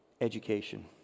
Education